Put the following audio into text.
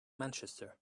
manchester